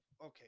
okay